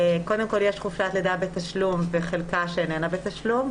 קודם כל יש חופשת לידה בתשלום וחלקה שאיננה בתשלום.